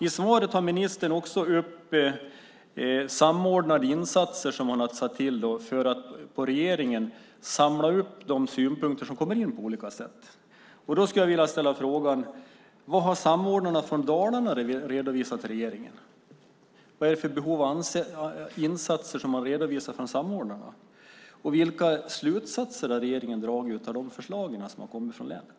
I svaret tar ministern också upp samordnade insatser som regeringen har gjort för att samla upp de synpunkter som kommer in. Då skulle jag vilja ställa frågan: Vad har samordnarna från Dalarna redovisat till regeringen? Vad är det för behov av insatser som man redovisar från samordnarna? Och vilka slutsatser har regeringen dragit av de förslag som har kommit från länet?